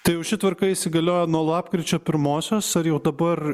tai jau ši tvarka įsigalioja nuo lapkričio pirmosios ar jau dabar